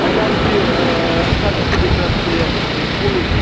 اَسہِ حظ چھِ رٕکھَل تہٕ تہِ بیٚیہِ چھُ اسہِ پٕلین تہِ بیٚیہِ چھُ کوٗل